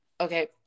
okay